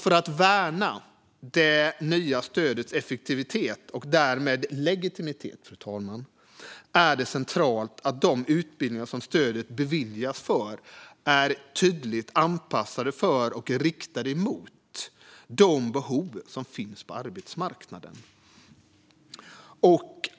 För att värna det nya stödets effektivitet och därmed legitimitet är det centralt att de utbildningar som stödet beviljas för är tydligt anpassade för och riktade mot de behov som finns på arbetsmarknaden.